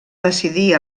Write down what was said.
decidir